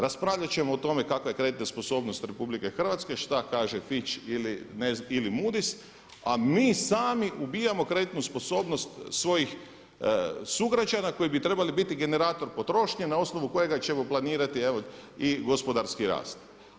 Raspravljat ćemo o tome kakva je kreditna sposobnost RH, šta kaže Fitch ili Moody's a mi sami ubijamo kreditnu sposobnost svojih sugrađana koji bi trebali biti generator potrošnje na osnovu kojega ćemo planirati i gospodarski rast.